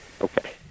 Okay